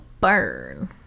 burn